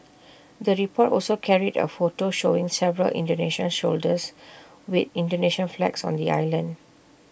the report also carried A photo showing several Indonesian soldiers with Indonesian flags on the island